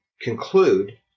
conclude